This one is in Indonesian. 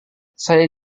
saya